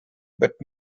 but